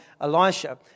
Elisha